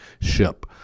ship